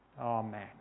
Amen